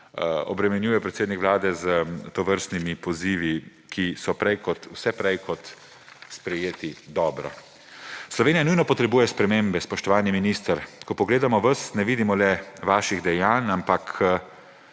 obremenjuje s tovrstnimi pozivi, ki so vse prej kot sprejeti dobro. Slovenija nujno potrebuje spremembe, spoštovani minister. Ko pogledamo vas, ne vidimo le vaših dejanj, ampak